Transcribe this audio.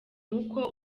uko